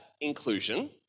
inclusion